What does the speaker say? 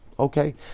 Okay